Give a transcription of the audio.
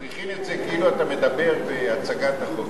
הוא הכין את זה כאילו אתה מדבר בהצגת החוק,